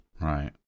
Right